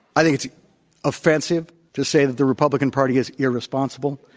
i think it's offensive to say that the republican party is irresponsible.